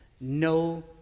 no